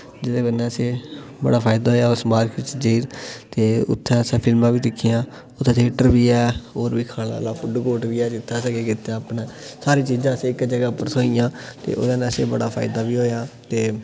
जेह्दे कन्नै असें बड़ा फायदा होएया उस मार्किट च जाइयै ते उत्थें असें फिल्मां बी दिक्खियां उत्थें थिएटर बी ऐ होर बी खाने आह्ला फूड कोर्ट बी ऐ जित्थें असें केह् कीता अपनै सारी चीजां असें इक जगह उप्पर थ्होइयां ते ओह्दे नै असें बड़ा फायदा बी होएया ते